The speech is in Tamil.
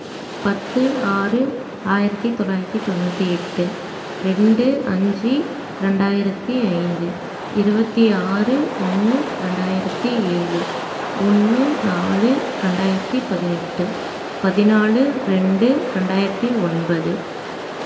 பத்து ஆறு ஆயிரத்து தொள்ளாயிரத்தி தொண்ணூற்றி எட்டு ரெண்டு அஞ்சு ரெண்டாயிரத்து ஐந்து இருபத்தி ஆறு ஒன்று ரெண்டாயிரத்து ஏழு ஒன்று நாலு ரெண்டாயிரத்து பதினெட்டு பதினாலு ரெண்டு ரெண்டாயிரத்து ஒன்பது